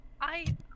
I-